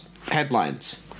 Headlines